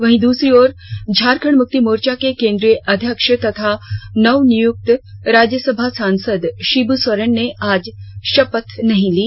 वहीं दूसरी ओर झारखंड मुक्ति मोर्चा के केंद्रीय अध्यक्ष तथा नवनियुक्त राज्यसभा सांसद शिब्र सोरेन ने आज शपथ नहीं ली